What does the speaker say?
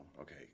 okay